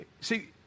see